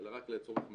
אלא רק לצורך מחקר,